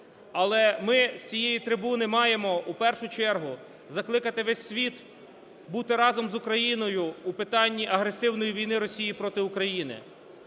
Але ми з цієї трибуни маємо у першу чергу закликати весь світ бути разом з Україною у питанні агресивної війни Росії проти України.